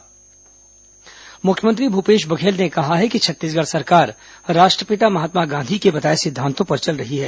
मुख्यमंत्री गांधी संगोष्ठी मुख्यमंत्री भूपेश बघेल ने कहा है कि छत्तीसगढ़ सरकार राष्ट्रपिता महात्मा गांधी जी के बताए सिद्धांतों पर चल रही है